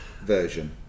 version